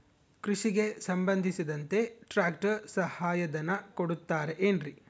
ಕೃಷಿಗೆ ಸಂಬಂಧಿಸಿದಂತೆ ಟ್ರ್ಯಾಕ್ಟರ್ ಸಹಾಯಧನ ಕೊಡುತ್ತಾರೆ ಏನ್ರಿ?